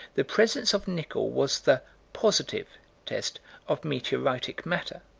the presence of nickel was the positive test of meteoritic matter.